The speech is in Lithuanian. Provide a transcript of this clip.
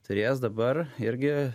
turėjęs dabar irgi